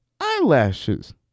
eyelashes